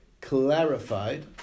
clarified